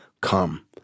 come